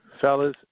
Fellas